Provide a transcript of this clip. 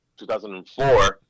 2004